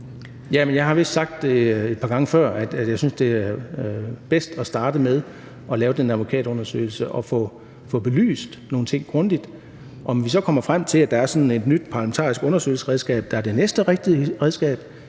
jeg har vist sagt det et par gange før, nemlig at jeg synes, det er bedst at starte med at lave den advokatundersøgelse og få belyst nogle ting grundigt. Om vi så kommer frem til, at det er sådan et nyt parlamentarisk undersøgelsesredskab, der er det næste rigtige redskab,